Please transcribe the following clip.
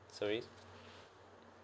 service